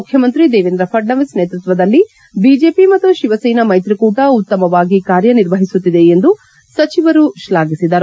ಮುಖ್ಯಮಂತ್ರಿ ದೇವೇಂದ್ರ ಫಡ್ನವೀಸ್ ನೇತೃತ್ವದಲ್ಲಿ ಬಿಜೆಪಿ ಮತ್ತು ಶಿವಸೇನಾ ಮೈತ್ರಿಕೂಟ ಉತ್ತಮವಾಗಿ ಕಾರ್ಯ ನಿರ್ವಹಿಸುತ್ತಿದೆ ಎಂದು ಸಚಿವರು ಶ್ಲಾಘಿಸಿದರು